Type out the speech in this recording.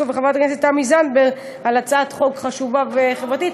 ותמי זנדברג על הצעת חוק חשובה וחברתית,